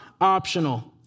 optional